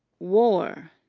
war,